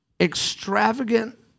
Extravagant